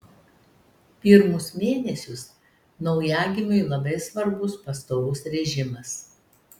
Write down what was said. pirmus mėnesius naujagimiui labai svarbus pastovus režimas